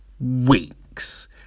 Weeks